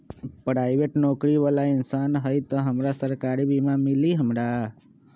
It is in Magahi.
पराईबेट नौकरी बाला इंसान हई त हमरा सरकारी बीमा मिली हमरा?